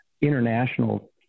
international